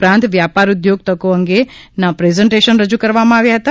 ઉપરાંત વ્યાપાર ઉદ્યોગ તકો અંગેના પ્રેઝન્ટેશન રજૂ કરવામાં આવ્યા હતા